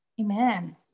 Amen